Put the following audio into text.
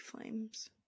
flames